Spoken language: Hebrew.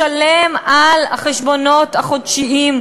לשלם את החשבונות החודשיים,